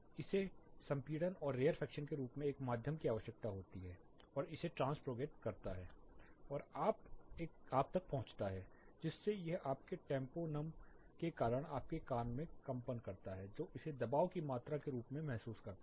इसे संपीडन और रेयरफेक्शन के रूप में एक माध्यम की आवश्यकता होती है और इसे ट्रांस प्रोगेट करता है और यह आप तक पहुँचाता है जिससे यह आपके टेंपोनम के कारण आपके कान में कंपन करता है जो इसे दबाव की मात्रा के रूप में महसूस करता है